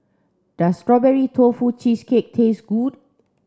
does strawberry tofu cheesecake taste good